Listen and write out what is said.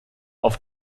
auf